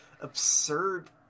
absurd